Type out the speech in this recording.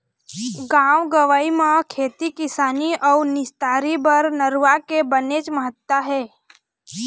गाँव गंवई म खेती किसानी अउ निस्तारी बर नरूवा के बनेच महत्ता हे